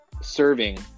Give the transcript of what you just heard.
serving